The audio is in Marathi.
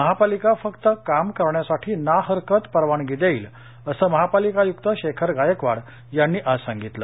महापालिका फक्त काम करण्यासाठी ना हरकत परवानगी देईल असं महापालिका आयूक्त शेखर गायकवाड यांनी आज सांगितलं